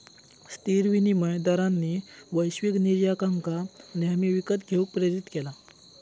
स्थिर विनिमय दरांनी वैश्विक निर्यातकांका नेहमी विकत घेऊक प्रेरीत केला